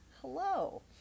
Hello